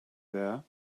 there